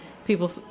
People